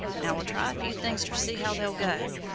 now we'll try a few things ter see how they'll go!